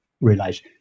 realize